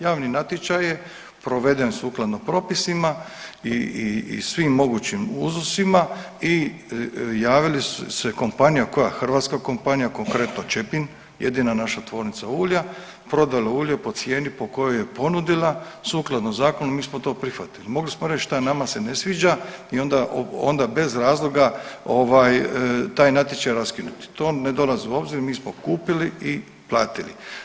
Javni natječaj je proveden sukladno propisima i svim mogućim uzusima i javila se kompanija, koja, hrvatska kompanija, konkretno Čepin, jedina naša tvornica ulja, prodali ulje po cijeni po kojoj je ponudila sukladno zakonu i mi smo to prihvatili, mogli smo reći, šta, nama se ne sviđa i onda, onda bez razloga ovaj taj natječaj raskinuti, to ne dolazi u obzir, mi smo kupili i platili.